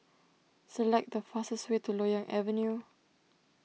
select the fastest way to Loyang Avenue